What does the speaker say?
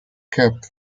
kept